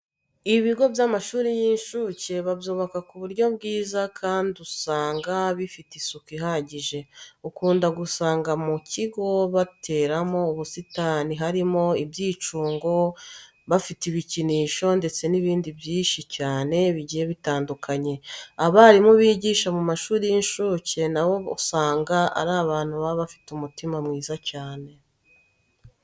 Ibigo by'amashuri y'inshuke babyubaka ku buryo bwiza kandi ugasanga bifite isuku ihagije. Ukunda gusanga mu kigo barateyemo ubusitani, harimo ibyicungo, bafite ibikinisho ndetse n'ibindi byinshi cyane bigiye bitandukanye. Abarimu bigisha mu mashuri y'inshuke na bo usanga ari abantu baba bafite umutima mwiza cyane.